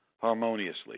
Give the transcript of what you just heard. harmoniously